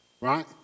right